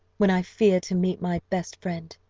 when i fear to meet my best friend!